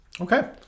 Okay